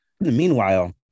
Meanwhile